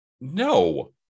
No